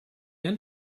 end